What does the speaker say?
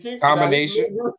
combination